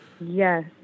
Yes